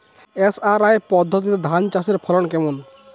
SRI পদ্ধতিতে ধান চাষের ফলন কেমন?